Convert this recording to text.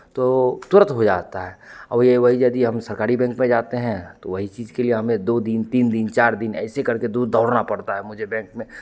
तो तुरंत हो जाता है औ यही वही यदि हम सरकारी बैंक में जाते हैं तो वही चीज़ के लिए हमें दो दिन तीन दिन चार दिन ऐसे करके दूर दौड़ना पड़ता है मुझे बैंक में